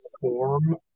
form